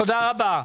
תודה רבה.